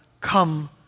come